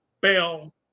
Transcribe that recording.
Bell